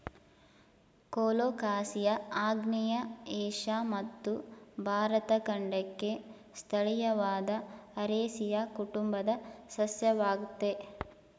colocasia ಆಗ್ನೇಯ Asia ಮತ್ತು ಭಾರತ ಖಂಡಕ್ಕೆ ಸ್ಥಳೀಯವಾದ ಅರೇಸಿಯ ಕುಟುಂಬದ ಸಸ್ಯವಾಗಯ್ತೆ